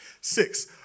Six